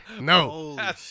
No